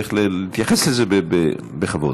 צריך להתייחס לזה בכבוד.